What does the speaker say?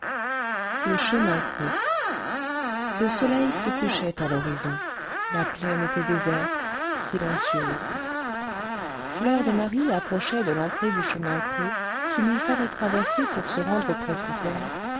le chemin creux le soleil se couchait à l'horizon la plaine était déserte silencieuse fleur de marie approchait de l'entrée du chemin creux qu'il lui fallait traverser pour se rendre au presbytère